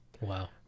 Wow